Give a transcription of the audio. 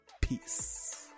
Peace